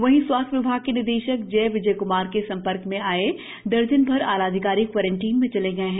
वहींस्वास्थ्य विभाग के निदेशक जे विजय क्मार के संपर्क में आये दर्जन भर आला अधिकारी क्वारंटीन में चले गए हैं